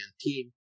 team